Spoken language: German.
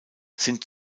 sind